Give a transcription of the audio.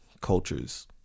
cultures